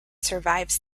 survives